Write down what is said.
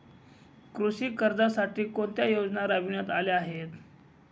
कृषी कर्जासाठी कोणत्या योजना राबविण्यात आल्या आहेत?